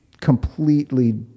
completely